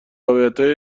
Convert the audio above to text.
روایتهای